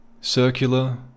Circular